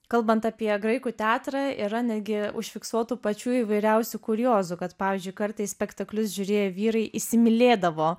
kalbant apie graikų teatrą yra netgi užfiksuotų pačių įvairiausių kuriozų kad pavyzdžiui kartą į spektaklius žiūrėję vyrai įsimylėdavo